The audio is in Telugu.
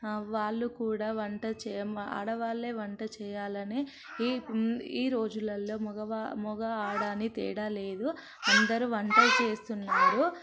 వాళ్లు కూడా వంట చేయడం ఆడవాళ్లే వంట చేయాలని ఈ ఈ రోజులలో మగవారు మగ ఆడ అని తేడా లేదు అందరూ వంట చేస్తున్నారు